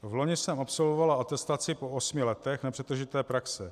Vloni jsem absolvovala atestaci po osmi letech nepřetržité praxe.